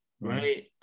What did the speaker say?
Right